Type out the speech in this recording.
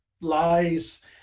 lies